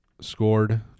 scored